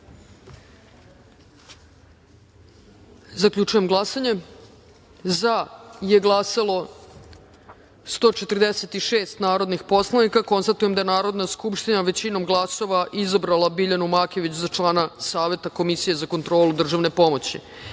Makević. Zaključujem glasanje: za – 146 narodnih poslanika. Konstatujem da je Narodna skupština, većinom glasova, izabrala Biljanu Makević za člana Saveta Komisije za kontrolu državne